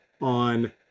on